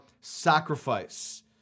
sacrifice